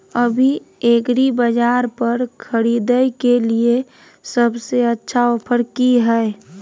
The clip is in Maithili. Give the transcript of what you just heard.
अभी एग्रीबाजार पर खरीदय के लिये सबसे अच्छा ऑफर की हय?